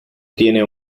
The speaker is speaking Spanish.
tiene